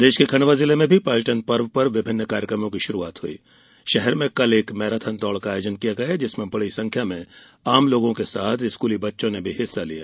प्रदेश के खंडवा जिले में भी पर्यटन पर्व पर कार्यकमों की शुरूआत हुई शहर में कल एक मैराथन दौड का आयोजन किया गया जिसमें बड़ी संख्या में आम लोगों के साथ स्कूली बच्चों ने भी भाग लिया